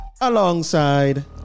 Alongside